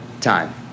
time